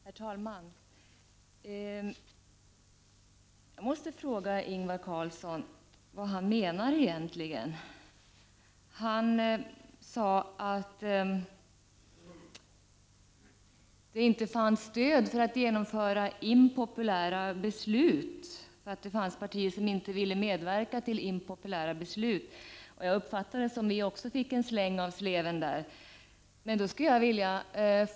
Herr talman! Jag måste fråga Ingvar Carlsson vad han egentligen menar. Han sade att det inte fanns stöd för att genomföra impopulära beslut, alltså att det fanns partier som inte ville medverka till impopulära beslut. Jag uppfattade saken på så sätt att vi i miljöpartiet också fick en släng av sleven.